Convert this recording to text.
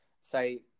say